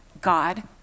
God